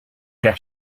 that